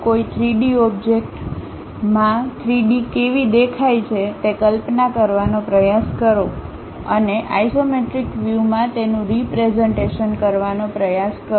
કોઈ 3D object 3D માં કેવી દેખાય છે તે કલ્પના કરવાનો પ્રયાસ કરો અને આઇસોમેટ્રિક વ્યૂ માં તેનું રીપ્રેઝન્ટેશન કરવાનો પ્રયાસ કરો